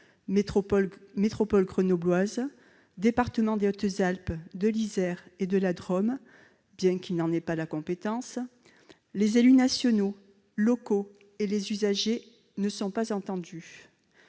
métropole grenobloise et les départements des Hautes-Alpes, de l'Isère et de la Drôme, bien qu'ils n'en aient pas la compétence, les élus nationaux, locaux et les usagers ne sont pas entendus.